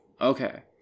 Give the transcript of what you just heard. Okay